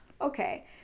okay